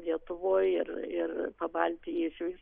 lietuvoj ir ir pabaltijy išvis